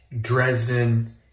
Dresden